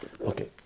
Okay